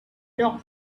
doug